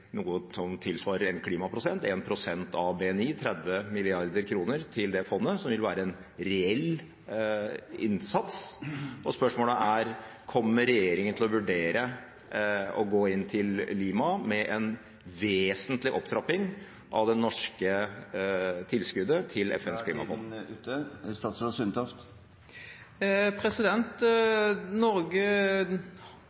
klimaprosent, 1 pst. av BNI, 30 mrd. kr, til det fondet, som vil være en reell innsats. Spørsmålet er: Kommer regjeringen til å vurdere å gå til Lima med en vesentlig opptrapping av det norske tilskuddet til FNs klimafond?